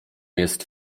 jest